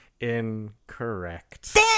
incorrect